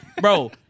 Bro